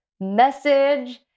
message